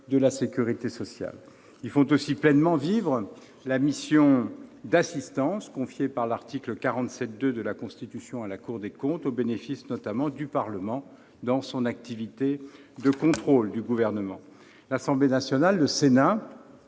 de la sécurité sociale. Ils font ainsi pleinement vivre la mission d'assistance confiée par l'article 47-2 de la Constitution à la Cour des comptes, au bénéfice, notamment, du Parlement dans son activité de contrôle du Gouvernement. L'Assemblée nationale et le Sénat